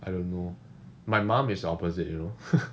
I don't know my mom is opposite you know